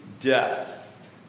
death